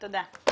תודה.